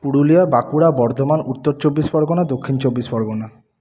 Purulia Bankura Bardhaman Uttar Chabbish Pargana Dakshin Chabbish Pargana